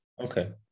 Okay